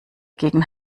gegen